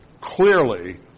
clearly